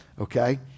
okay